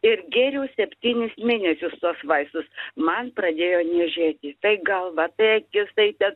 ir gėriau septynis mėnesius tuos vaistus man pradėjo niežėti tai galvą tai akis tai ten